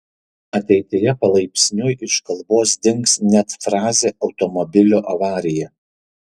ateityje palaipsniui iš kalbos dings net frazė automobilio avarija